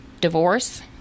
divorce